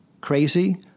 crazy